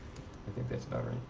i think that's about right.